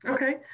Okay